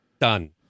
done